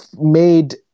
made